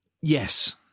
yes